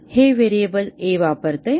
हे variable a वापरते